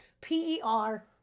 P-E-R